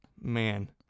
Man